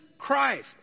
Christ